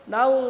Now